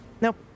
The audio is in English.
Nope